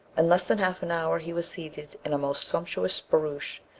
in less than half an hour he was seated in a most sumptuous barouche,